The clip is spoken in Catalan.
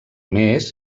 més